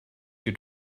your